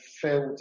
filled